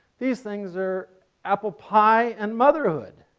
these things are apple pie and motherhood.